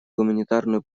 гуманитарную